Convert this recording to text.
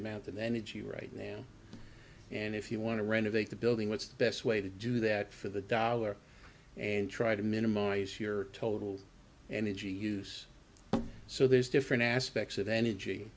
amount of energy right now and if you want to renovate the building what's the best way to do that for the dollar and try to minimize your total energy use so there's different aspects of energy